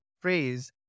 Phrase